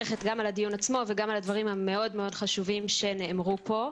וגם על הדברים המאוד מאוד חשובים שנאמרו פה.